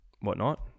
Whatnot